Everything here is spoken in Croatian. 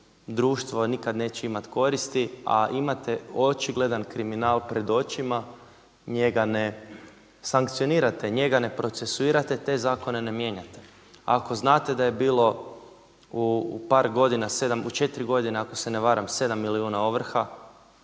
društvo nikad neće imati koristi, a imate očigledan kriminal pred očima njega ne sankcionirate, njega ne procesuirate, te zakone ne mijenjate. Ako znate da je bilo u par godina u četiri godine ako se ne varam, sedam milijuna ovrha,